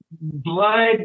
blood